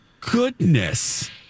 goodness